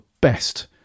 best